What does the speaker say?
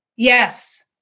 Yes